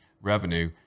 revenue